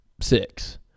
six